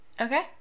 Okay